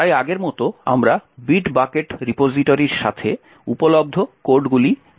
তাই আগের মতো আমরা বিট বাকেট রিপোজিটরির সাথে উপলব্ধ কোডগুলি ব্যবহার করব